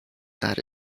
that